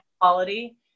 quality